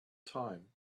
time